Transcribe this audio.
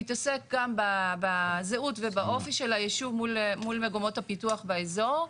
מתעסק גם בזהות ובאופי של הישוב מול מקומות הפיתוח באזור,